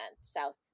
South